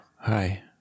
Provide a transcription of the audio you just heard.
Hi